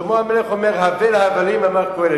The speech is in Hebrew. שלמה המלך אומר: "הבל הבלים אמר קהלת".